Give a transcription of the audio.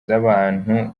z’abantu